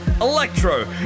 electro